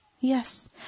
Yes